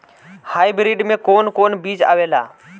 Hybrid में कोवन कोवन बीज आवेला?